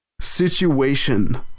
situation